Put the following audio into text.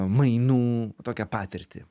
mainų tokią patirtį